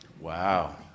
Wow